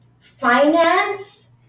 finance